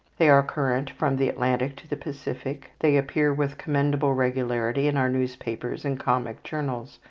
they are current from the atlantic to the pacific, they appear with commendable regularity in our newspapers and comic journals,